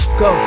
go